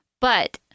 But-